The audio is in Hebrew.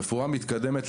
להנגיש רפואה מתקדמת,